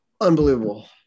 Unbelievable